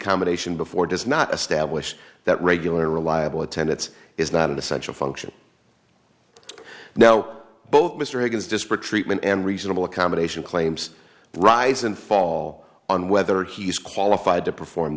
accommodation before does not establish that regular reliable attendants is not an essential function now both mr higgins disparate treatment and reasonable accommodation claims rise and fall on whether he's qualified to perform